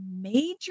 major